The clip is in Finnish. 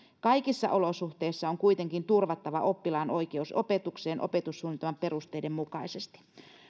kaikissa olosuhteissa on kuitenkin turvattava oppilaan oikeus opetukseen opetussuunnitelman perusteiden mukaisesti